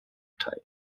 partei